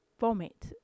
vomit